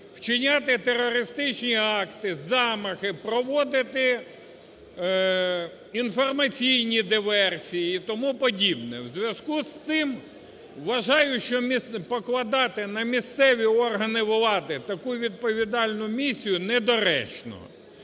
вчиняти терористичні акти, замахи, проводити інформаційні диверсії і тому подібне. У зв'язку з цим вважаю, що покладати на місцеві органи влади таку відповідальну місію недоречно.